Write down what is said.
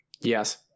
Yes